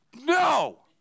No